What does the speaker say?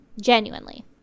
genuinely